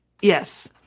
Yes